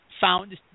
found